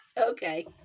Okay